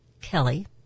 Kelly